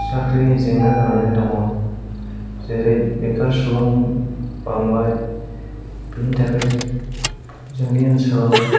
साख्रिनि जेंना जानानै दङ जेरै बेखार सुबुं बांबाय बेनि थाखाय जोंनि ओनसोलाव